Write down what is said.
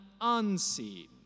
unseen